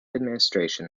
administration